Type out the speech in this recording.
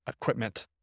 equipment